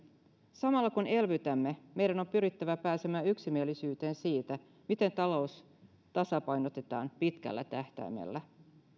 samalla kun elvytämme meidän on pyrittävä pääsemään yksimielisyyteen siitä miten talous tasapainotetaan pitkällä tähtäimellä